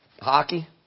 Hockey